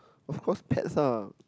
of course pets ah